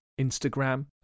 Instagram